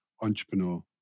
entrepreneur